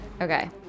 Okay